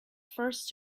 first